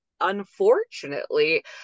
unfortunately